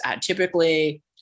typically